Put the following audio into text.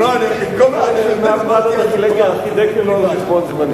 אדוני היושב-ראש,